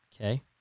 Okay